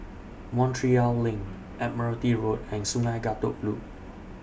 Montreal LINK Admiralty Road and Sungei Kadut Loop